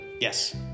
Yes